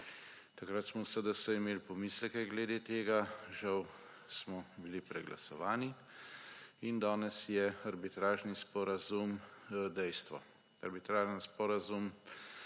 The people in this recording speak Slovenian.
Takrat smo v SDS imeli pomisleke glede tega. Žal smo bili preglasovani in danes je arbitražni sporazum dejstvo. Arbitražni sporazum,